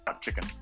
chicken